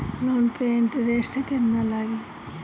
Loan पे interest केतना लागी?